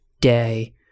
day